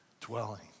dwelling